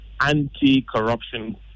anti-corruption